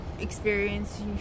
experience